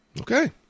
okay